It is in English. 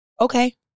Okay